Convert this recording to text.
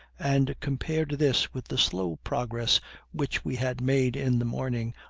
and compared this with the slow progress which we had made in the morning,